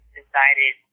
decided